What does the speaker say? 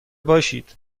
باشید